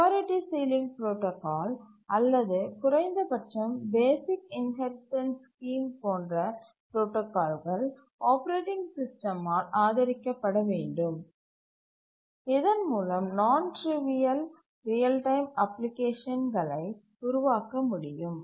priority ceiling protocol அல்லது குறைந்த பட்சம் பேசிக் இன்ஹெரிடன்ஸ் ஸ்கீம் போன்ற புரோடாகால்கள் ஆப்பரேட்டிங் சிஸ்டமால் ஆதரிக்கப்பட வேண்டும் இதன் மூலம் நான் டிரிவியல் ரியல் டைம் அப்ளிகேஷன்கலை உருவாக்க முடியும்